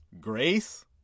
Grace